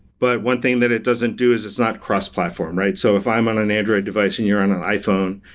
but one thing that it doesn't do is it's not cross-platform, right? so, if i'm on an android device and you're on an iphone,